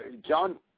John